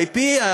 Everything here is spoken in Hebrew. ה-IP,